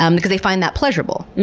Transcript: um because they find that pleasurable.